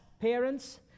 parents